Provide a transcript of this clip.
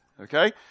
Okay